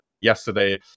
yesterday